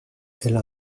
elle